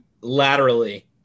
laterally